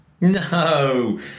No